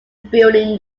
building